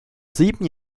sieben